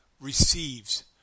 receives